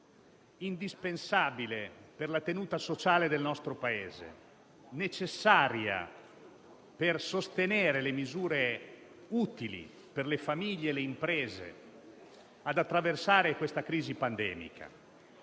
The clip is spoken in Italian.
indispensabile per la tenuta sociale del nostro Paese, necessaria per sostenere misure utili alle famiglie e alle imprese per attraversare questa crisi pandemica.